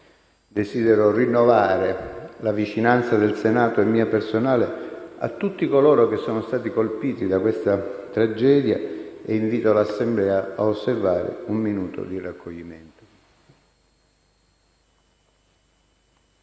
Desidero rinnovare la vicinanza del Senato e mia personale a tutti coloro che sono stati colpiti da questa tragedia e invito l'Assemblea a osservare un minuto di raccoglimento.